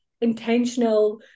intentional